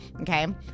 okay